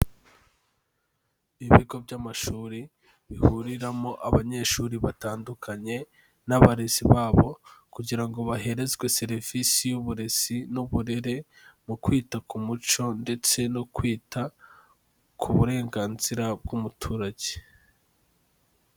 Ibigo by'amashuri bihuriramo abanyeshuri batandukanye n'abarezi babo kugira ngo baherezwe serivisi y'uburezi n'uburere mu kwita ku muco ndetse no kwita ku burenganzira bw'umuturage.